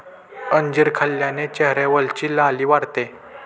अंजीर खाल्ल्याने चेहऱ्यावरची लाली वाढते